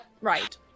right